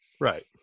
Right